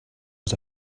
was